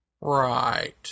Right